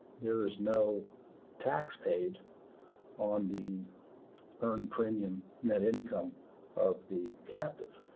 there is no tax paid on the earned premium net income of the captive.